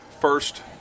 first